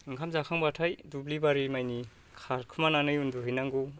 ओंखाम जाखांबाथाय दुब्लिबारि मानि खारखोमानानै उन्दु हैनांगौ